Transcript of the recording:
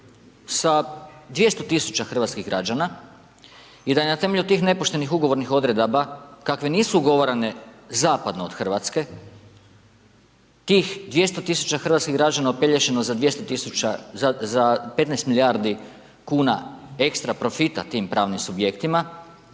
sa 200 000 hrvatskih građana i da je na temelju tih nepoštenih ugovornih odredaba kake nisu ugovarane zapadno od Hrvatske, tih 200 000 hrvatskih građana opelješeno za 15 milijardi kuna ekstra profita tim pravim subjektima,